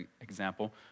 example